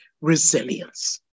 resilience